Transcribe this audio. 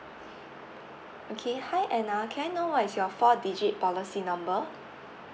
okay hi anna can I know what is your four digit policy number